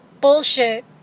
bullshit